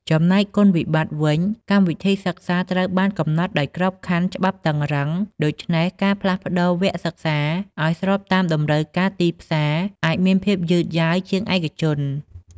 ចំំណែកគុណវិបត្តិវិញ កម្មវិធីសិក្សាត្រូវបានកំណត់ដោយក្របខ័ណ្ឌច្បាប់តឹងរ៉ឹង ដូច្នេះការផ្លាស់ប្ដូរវគ្គសិក្សាឲ្យស្របតាមតម្រូវការទីផ្សារអាចមានភាពយឺតយ៉ាវជាងឯកជន។